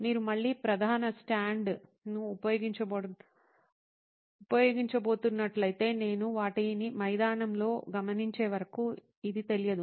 మీరు మళ్ళీ ప్రధాన స్టాండ్ను ఉపయోగించబోతున్నట్లయితే నేను వాటిని మైదానంలో గమనించే వరకు ఇది తెలియదు